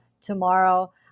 tomorrow